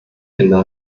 kinder